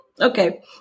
Okay